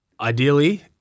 Ideally